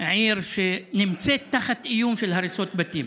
עיר שנמצאת תחת איום של הריסות בתים.